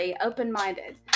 open-minded